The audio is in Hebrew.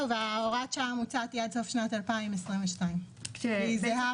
הוראת השעה המוצעת היא עד סוף שנת 2022 והיא זהה